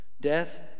death